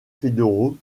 fédéraux